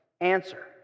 answer